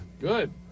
Good